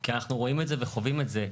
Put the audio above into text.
כי אנחנו רואים את זה וחווים את זה.